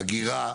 אגירה?